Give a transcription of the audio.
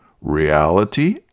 reality